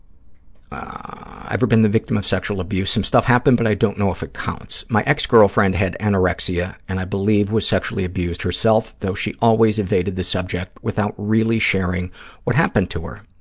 ever been the victim of sexual abuse? some stuff happened but i don't know if it counts. my ex-girlfriend had anorexia and i believe was sexually abused herself, though she always evaded the subject without really sharing what happened to her.